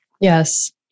Yes